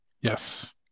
Yes